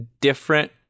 different